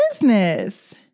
business